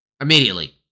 Immediately